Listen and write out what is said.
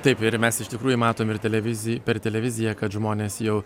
taip ir mes iš tikrųjų matom ir televizi per televiziją kad žmonės jau